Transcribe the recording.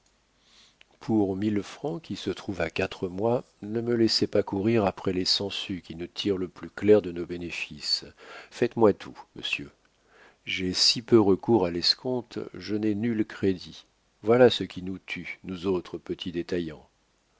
pour mille francs qui se trouvent à quatre mois ne me laissez pas courir après les sangsues qui nous tirent le plus clair de nos bénéfices faites-moi tout monsieur j'ai si peu recours à l'escompte je n'ai nul crédit voilà ce qui nous tue nous autres petits détaillants